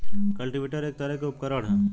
cultivator एक तरह के उपकरण ह